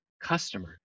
customer